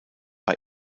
bei